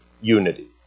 unity